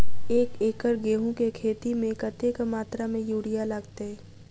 एक एकड़ गेंहूँ केँ खेती मे कतेक मात्रा मे यूरिया लागतै?